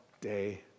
day